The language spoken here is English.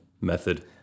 method